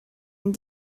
and